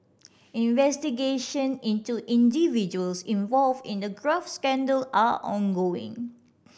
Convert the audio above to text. investigation into individuals involved in the graft scandal are ongoing